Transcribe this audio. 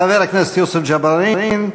חבר הכנסת יוסף ג'בארין,